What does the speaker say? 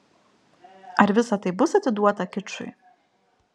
ar visa tai bus atiduota kičui